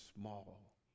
small